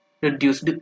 reduced